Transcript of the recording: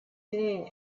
there